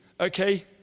okay